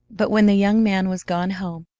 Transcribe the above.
but when the young man was gone home,